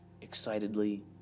excitedly